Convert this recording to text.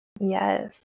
Yes